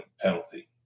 penalty